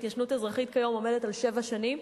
התיישנות אזרחית כיום עומדת על שבע שנים,